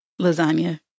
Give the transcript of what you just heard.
Lasagna